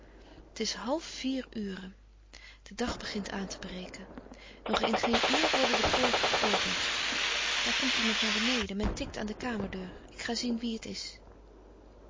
t is half vier uuren de dag begint aan te breken nog in geen uur worden de poorten geopent daar komt iemand naar beneden men tikt aan de kamerdeur ik ga zien wie het is